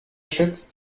schätzt